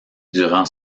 durant